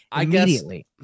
immediately